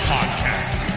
Podcast